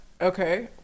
okay